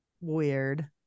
Weird